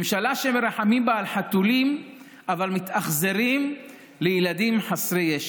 ממשלה שמרחמים בה על חתולים אבל מתאכזרים לילדים חסרי ישע.